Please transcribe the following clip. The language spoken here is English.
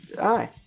aye